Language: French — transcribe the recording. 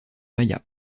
maya